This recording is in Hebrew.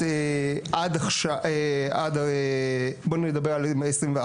ככה, בואו נדבר על מ-2021,